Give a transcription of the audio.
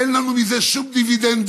אין לנו מזה שום דיבידנדים.